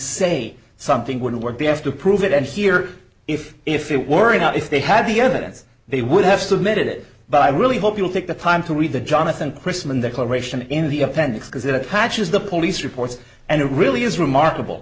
say something wouldn't work be asked to prove it and here if if it were a not if they had the evidence they would have submitted it but i really hope you'll take the time to read the jonathan chrisman the coloration in the appendix because it attaches the police reports and it really is remarkable